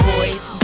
Boys